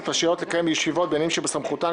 רשאיות לקיים ישיבות בעניינים שבסמכותן,